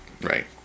Right